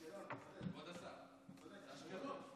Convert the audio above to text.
יואב,